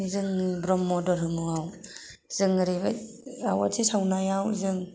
जोंनि ब्रह्म धरम'आव जों ओरैहाय आवहाथि सावनायाव जों